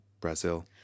Brazil